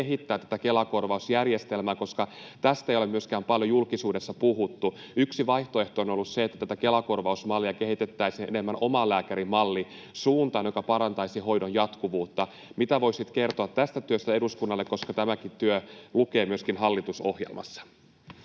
kehittää tätä Kela-korvausjärjestelmää, koska tästä ei ole myöskään paljon julkisuudessa puhuttu? Yksi vaihtoehto on ollut se, että tätä Kela-korvausmallia kehitettäisiin enemmän omalääkärimallin suuntaan, joka parantaisi hoidon jatkuvuutta. Mitä voisitte kertoa tästä työstä eduskunnalle, koska tämäkin työ lukee myöskin hallitusohjelmassa?